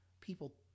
People